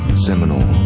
seminole,